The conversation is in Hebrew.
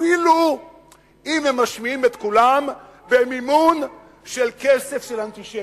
אפילו אם הם משמיעים את קולם במימון של אנטישמים.